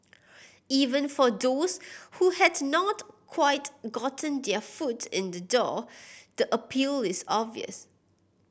even for those who had not quite gotten their foot in the door the appeal is obvious